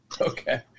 Okay